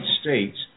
States